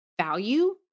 value